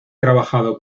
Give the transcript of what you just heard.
trabajado